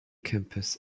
campus